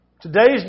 Today's